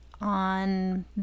on